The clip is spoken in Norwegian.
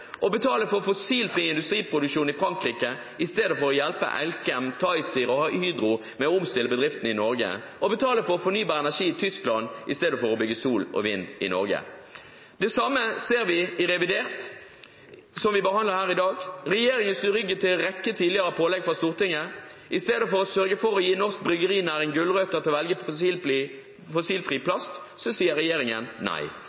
å betale for fossilfri industriproduksjon i Frankrike i stedet for å hjelpe Elkem, TiZir og Hydro med å omstille bedriften i Norge og å betale for fornybar energi i Tyskland i stedet for å bygge sol og vind i Norge. Det samme ser vi i revidert, som vi behandler her i dag. Regjeringen snur ryggen til en rekke tidligere pålegg fra Stortinget. I stedet for å sørge for å gi norsk bryggerinæring en gulrot for å velge fossilfri plast, sier regjeringen nei.